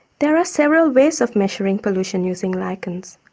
there are several ways of measuring pollution using lichens.